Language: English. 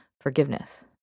forgiveness